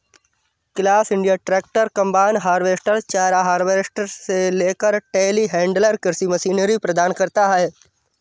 class India tractor, combine harvester, चारा harvester से लेकर टेलीहैंडलर कृषि मशीनरी प्रदान करता है